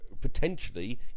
potentially